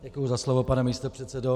Děkuji za slovo, pane místopředsedo.